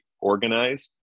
organized